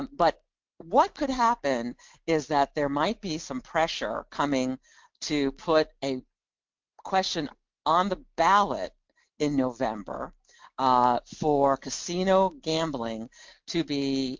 but what could happen is that there might be some pressure coming to put a question on the ballot in november for casino gambling to be